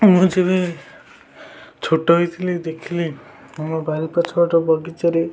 ମୁଁ ଯେବେ ଛୋଟ ହେଇଥିଲି ଦେଖିଲି ମୋ ବାରି ପଛ ପଟ ବଗିଚାରେ